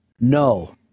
no